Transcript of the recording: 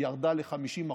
ירד ל-50%.